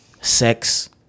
sex